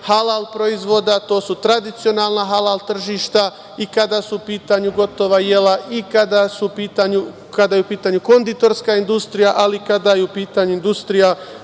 halal proizvoda, to su tradicionalna halal tržišta i kada su u pitanju gotova jela i kada je u pitanju konditorska industrija, ali i kada je u pitanju industrija